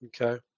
Okay